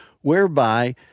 whereby